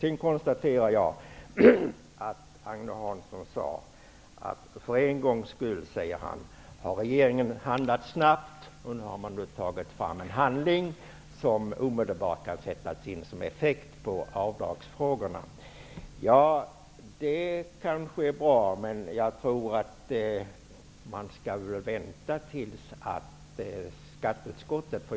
Sedan konstaterar jag att Agne Hansson sade att regeringen för en gångs skull har handlat snabbt och nu tagit fram en handling --åtgärder kan omedelbart sättas in och få effekt på avdragsfrågorna. Ja, det kanske är bra, men jag tror att man skall vänta på skatteutskottet.